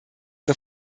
zur